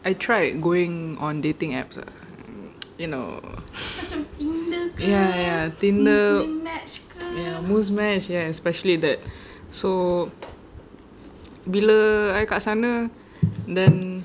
I tried going on dating apps ah you know ya ya ya Tinder Muzmatch ya especially that so bila I kat sana then